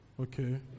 Okay